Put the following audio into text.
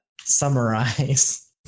summarize